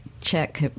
check